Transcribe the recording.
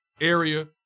area